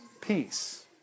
Peace